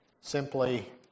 simply